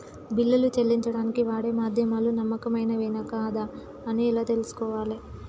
బిల్లులు చెల్లించడానికి వాడే మాధ్యమాలు నమ్మకమైనవేనా కాదా అని ఎలా తెలుసుకోవాలే?